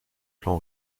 plans